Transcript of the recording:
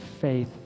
faith